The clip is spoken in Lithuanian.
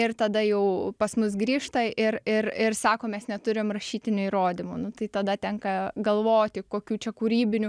ir tada jau pas mus grįžta ir ir ir sako mes neturim rašytinių įrodymų nu tai tada tenka galvoti kokių čia kūrybinių